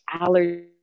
allergy